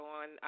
on